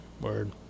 word